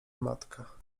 matka